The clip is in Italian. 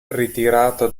ritirato